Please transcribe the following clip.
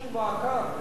ועדת הפנים?